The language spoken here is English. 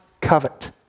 covet